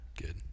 Good